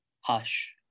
hush